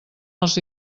els